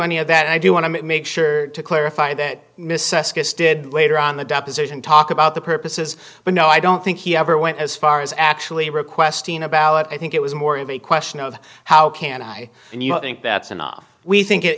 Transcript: any of that i do want to make sure to clarify that miss did later on the deposition talk about the purposes but no i don't think he ever went as far as actually requesting a ballot i think it was more of a question of how can i and you think that's enough we think it